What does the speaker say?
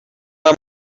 boy